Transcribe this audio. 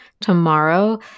tomorrow